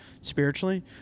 spiritually